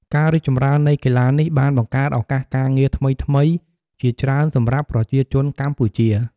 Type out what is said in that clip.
ការរីកចម្រើននៃកីឡានេះបានបង្កើតឱកាសការងារថ្មីៗជាច្រើនសម្រាប់ប្រជាជនកម្ពុជា។